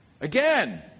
Again